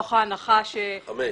מתוך ההנחה --- חמש.